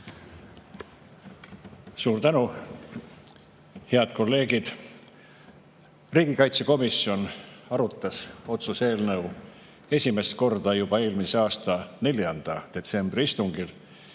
Suur tänu! Head kolleegid! Riigikaitsekomisjon arutas seda otsuse eelnõu esimest korda juba eelmise aasta 4. detsembri istungil,